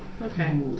Okay